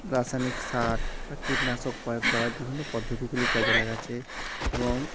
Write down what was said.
রাসায়নিক সার বা কীটনাশক প্রয়োগ করার বিভিন্ন পদ্ধতিগুলি কাজে লাগাচ্ছে এবং